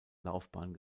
laufbahn